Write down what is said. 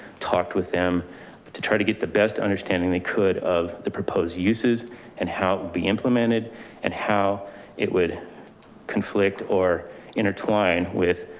talked with them, but to try to get the best understanding they could of the proposed uses and how be implemented and how it would conflict or intertwine with,